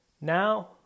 Now